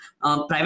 private